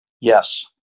Yes